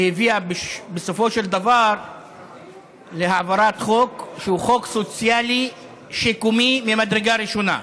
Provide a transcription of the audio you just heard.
שהביאה בסופו של דבר להעברת חוק שהוא חוק סוציאלי שיקומי ממדרגה ראשונה.